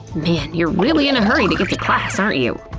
man, you're really in a hurry to get to class, aren't you?